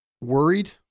worried